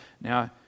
Now